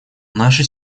наши